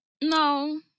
No